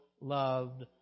loved